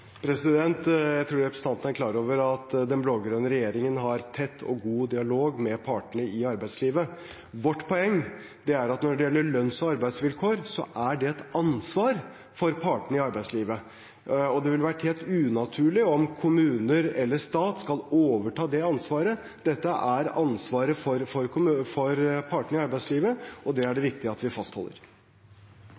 Jeg tror representanten Henriksen er klar over at den blå-grønne regjeringen har tett og god dialog med partene i arbeidslivet. Vårt poeng er at når det gjelder lønns- og arbeidsvilkår, er det et ansvar for partene i arbeidslivet, og det ville vært helt unaturlig om kommuner eller staten skulle overtatt det ansvaret. Dette er partene i arbeidslivets ansvar, og det er det